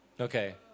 Okay